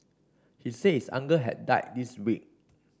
he said his uncle had died this week